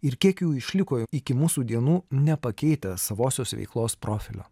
ir kiek jų išliko iki mūsų dienų nepakeitę savosios veiklos profilio